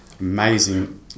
Amazing